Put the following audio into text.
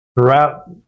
throughout